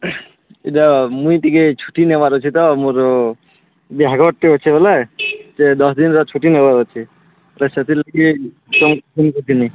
ଇଟା ମୁଇଁ ଟିକେ ଛୁଟି ନେବାର୍ ଅଛେ ତ ମୋର୍ ବିହାଘର୍ଟେ ଅଛେ ବେଲେ ସେ ଦଶ୍ ଦିନର୍ ଛୁଟି ନେବାର୍ ଅଛେ ତ ସେଥିର୍ଲାଗି ତମ୍କୁ ଫୋନ୍ କରିଥିଲି